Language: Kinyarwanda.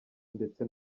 ndetse